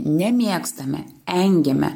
nemėgstame engiame